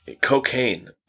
cocaine